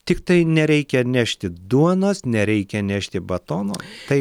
tiktai nereikia nešti duonos nereikia nešti batono tai